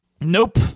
Nope